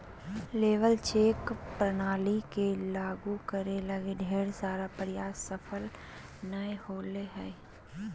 labour check प्रणाली के लागु करे लगी ढेर सारा प्रयास सफल नय होले हें